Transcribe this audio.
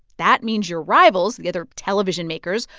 that means your rivals, the other television-makers,